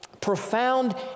profound